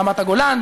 רמת-הגולן,